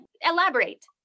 Elaborate